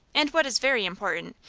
and, what is very important,